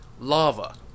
Lava